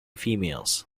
females